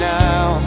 now